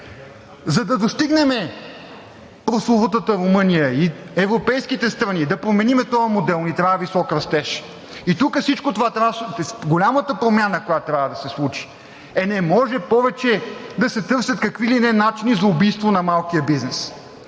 За да достигнем прословутата Румъния и европейските страни, да променим този модел ни трябва висок растеж и тук всичко това трябва да се случи. Голямата промяна, която трябва да се случи! Е, не може повече да се търсят какви ли не начини за убийство на малкия бизнес,